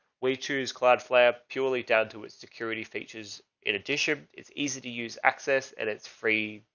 we choose cloud flab purely down to its security features. in addition, it's easy to use access and it's free,